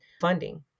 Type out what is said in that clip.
funding